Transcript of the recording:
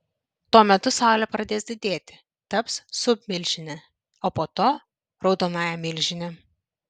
tuo metu saulė pradės didėti taps submilžine o po to raudonąja milžine